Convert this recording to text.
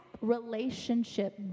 relationship